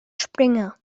springer